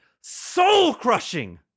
soul-crushing